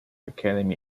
academy